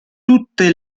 tutte